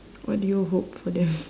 what do you hope for them